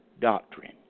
doctrine